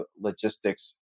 Logistics